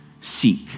seek